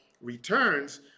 returns